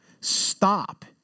stop